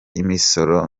imisoro